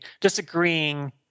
disagreeing